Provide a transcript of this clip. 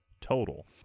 total